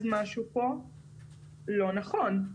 אז משהו פה לא נכון.